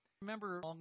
Remember